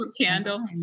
Candle